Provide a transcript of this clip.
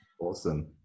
awesome